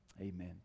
Amen